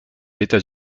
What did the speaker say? états